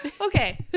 Okay